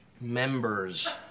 members